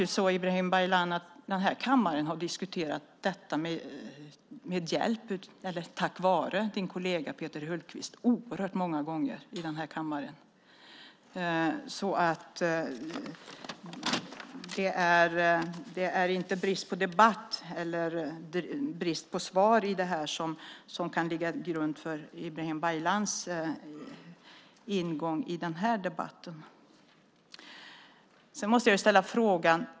I den här kammaren har vi tack vare din kollega Peter Hultqvist diskuterat frågan om hjälp oerhört många gånger, Ibrahim Baylan. Det är inte brist på debatt eller svar på detta som kan ligga till grund för Ibrahim Baylans ingång i debatten. Jag måste ställa en fråga.